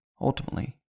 ultimately